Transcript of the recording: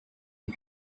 you